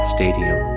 Stadium